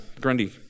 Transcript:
Grundy